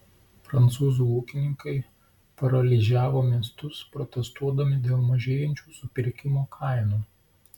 prancūzų ūkininkai paralyžiavo miestus protestuodami dėl mažėjančių supirkimo kainų